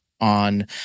on